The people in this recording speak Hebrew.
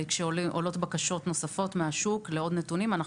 כשעולות בקשות נוספות מהשוק לעוד נתונים אנחנו